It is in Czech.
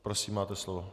Prosím, máte slovo.